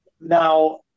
now